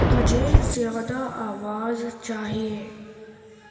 مجھے زیادہ آواز چاہیے